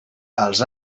els